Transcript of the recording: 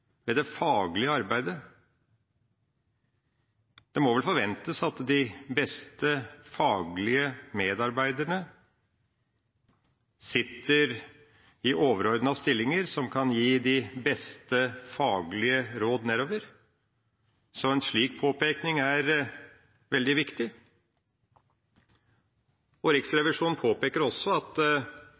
ved det faglige arbeidet. Det må vel forventes at de beste faglige medarbeiderne sitter i overordnede stillinger, der de kan gi de beste faglige råd nedover. En slik påpekning er veldig viktig. Riksrevisjonen påpeker også at